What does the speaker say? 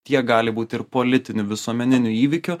tiek gali būt ir politinių visuomeninių įvykių